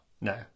no